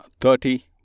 thirty